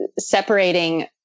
separating